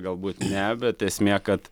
galbūt ne bet esmė kad